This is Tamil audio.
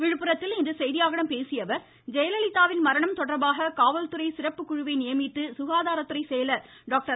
விழுப்புரத்தில் இன்று செய்தியாளர்களிடம் பேசிய அவர் ஜெயலலிதாவின் மரணம் தொடர்பாக காவல்துறை சிறப்புக்குழுவை நியமித்து சுகாதாரத்துறை செயலர் டாக்டர்